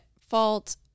fault